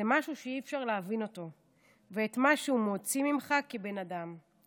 זה משהו שאי-אפשר להבין אותו ואת מה שהוא מוציא ממך כבן אדם.